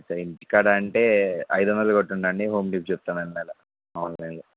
మరి ఇంటికాడ అంటే ఐదొందలు కొటి ఉండండి హోమ్ డెలివెరి ఇచ్చేస్తానండి అలా ఆన్లైన్లో